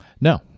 no